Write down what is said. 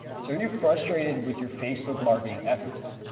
so are you frustrated with your facebook marketing efforts?